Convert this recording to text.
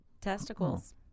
testicles